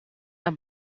are